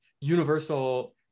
universal